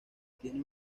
tiene